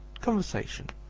conversation,